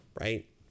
Right